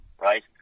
right